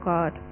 God